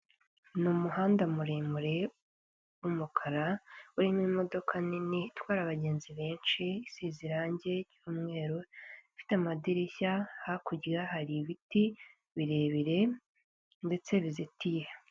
Ni umuhanda muremure w'umukara, urimo imodoka nini itwara abagenzi benshi. Isize irangi ry'umweru, ifite amadirishya. Hakurya hari ibiti birebire ndetse bizitiye.